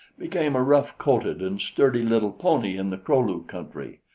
became a rough-coated and sturdy little pony in the kro-lu country.